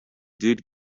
did